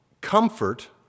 comfort